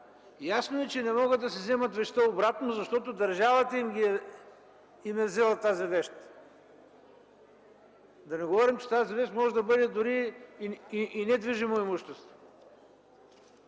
Ясно е, че не могат да си вземат вещта обратно, защото държавата им е взела тази вещ. Да не говорим, че тази вещ може да бъде и недвижимо имущество.